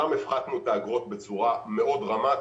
שם הפחתנו את האגרות בצורה מאוד דרמטית,